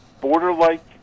border-like